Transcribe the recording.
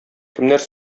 кемнәр